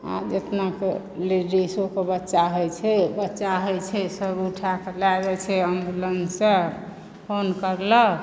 आब जेतना कोइ लेडिसो के बच्चा होइ छै बच्चा होइ छै सभ उठि कऽ लय जाइ छै एम्बुलन्ससँ फोन करलक